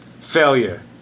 Failure